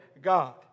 God